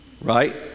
Right